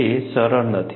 તે સરળ નથી